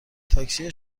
تاکسی